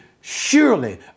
surely